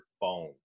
phone